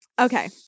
Okay